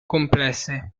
complesse